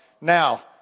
Now